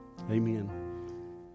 Amen